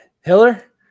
Hiller